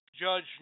judge